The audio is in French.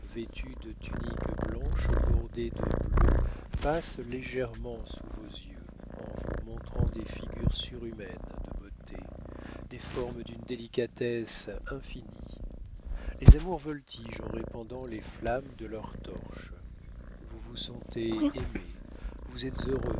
vêtus de tuniques blanches bordées de bleu passent légèrement sous vos yeux en vous montrant des figures surhumaines de beauté des formes d'une délicatesse infinie les amours voltigent en répandant les flammes de leurs torches vous vous sentez aimé vous êtes heureux